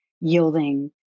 yielding